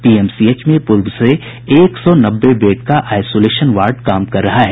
PMCH में पूर्व से एक सौ नब्बे बेड का आईसोलेशन वार्ड काम कर रहा है